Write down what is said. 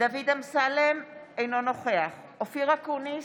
דוד אמסלם, אינו נוכח אופיר אקוניס,